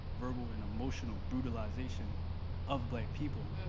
verbal and emotional bruteization of black people,